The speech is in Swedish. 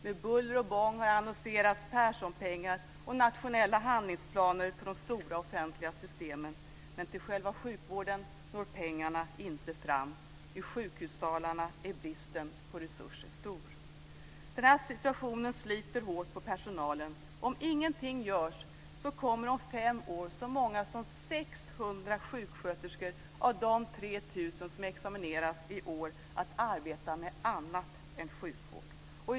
Med buller och bång har annonserats Perssonpengar och nationella handlingsplaner för de stora offentliga systemen. Men till själva sjukvården når pengarna inte fram. I sjukhussalarna är bristen på resurser stor. Den här situationen sliter hårt på personalen. Om ingenting görs kommer om fem år så många som 600 sjuksköterskor av de 3 000 som examineras i år att arbeta med annat än sjukvård.